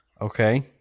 Okay